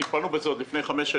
טיפלנו בזה לפני חמש,